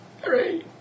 hooray